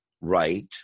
right